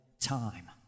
time